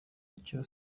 cyo